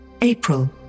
April